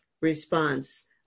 response